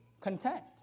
content